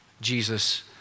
Jesus